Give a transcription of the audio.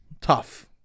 Tough